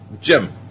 Jim